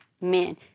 men